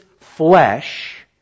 flesh